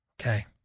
okay